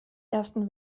ersten